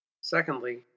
Secondly